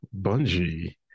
Bungie